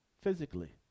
physically